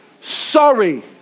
sorry